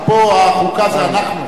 ופה החוקה זה אנחנו,